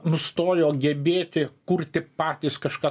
nustojo gebėti kurti patys kažką